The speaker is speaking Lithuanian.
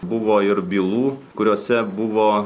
buvo ir bylų kuriose buvo